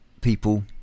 people